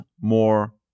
more